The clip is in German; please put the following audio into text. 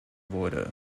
wurde